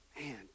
Man